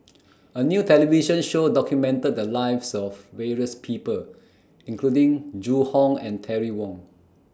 A New television Show documented The Lives of various People including Zhu Hong and Terry Wong